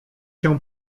się